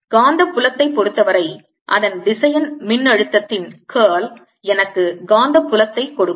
காந்தப் புலத்தைப் பொறுத்தவரை அதன் திசையன் மின்னழுத்தத்தின் curl எனக்கு காந்தப் புலத்தைக் கொடுக்கும்